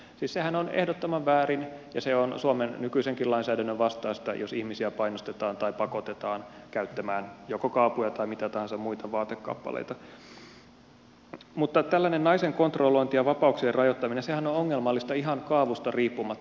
siis sehän on ehdottoman väärin ja se on suomen nykyisenkin lainsäädännön vastaista jos ihmisiä painostetaan tai pakotetaan käyttämään joko kaapuja tai mitä tahansa muita vaatekappaleita mutta tällainen naisen kontrollointi ja vapauksien rajoittaminenhan on ongelmallista ihan kaavusta riippumatta